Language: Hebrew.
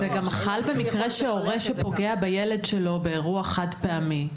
זה גם חל במקרה של הורה שפוגע בילד שלו באירוע חד פעמי.